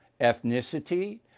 ethnicity